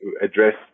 address